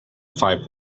five